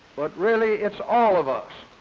but really it's all of us,